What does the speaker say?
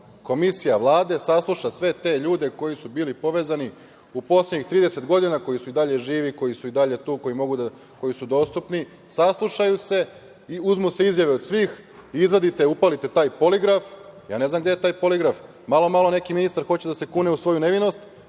Komisija Vlade sasluša sve te ljudi koji su bili povezani u poslednjih 30 godina, koji su i dalje živi, koji su i dalje tu, koji su dostupni. Saslušaju se i uzmu se izjave od svih. Upalite taj poligraf. Ne znam gde je taj poligraf. Malo, malo neki ministar hoće da se kune u svoju nevinost,